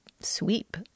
sweep